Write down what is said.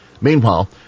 Meanwhile